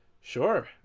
Sure